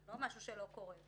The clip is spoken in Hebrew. זה לא משהו שלא קורה.